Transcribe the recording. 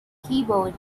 keyboard